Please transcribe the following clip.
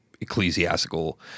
ecclesiastical